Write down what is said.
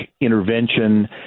intervention